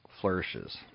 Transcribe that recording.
flourishes